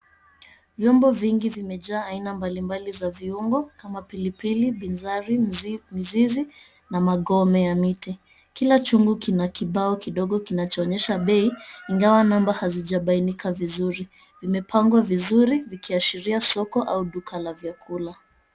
Vyombo vingi vimejaa aina mbalimbali ya viungo kama pilipili, binzari, mzizi na magome ya miti. Kila chungu ina kibao kidogo kinachoonyesha bei ingawa namba hazijabainika vizuri. Vimepangwa vizuri, ikiashiria soko au duka la vyakula.